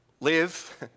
live